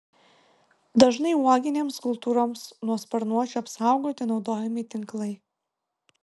dažnai uoginėms kultūroms nuo sparnuočių apsaugoti naudojami tinklai